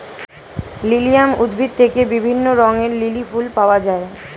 lilium উদ্ভিদ থেকে বিভিন্ন রঙের লিলি ফুল পাওয়া যায়